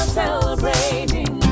celebrating